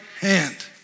hand